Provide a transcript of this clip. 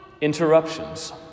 interruptions